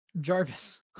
Jarvis